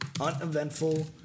uneventful